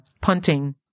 punting